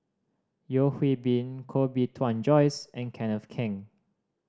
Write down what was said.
Yeo Hwee Bin Koh Bee Tuan Joyce and Kenneth Keng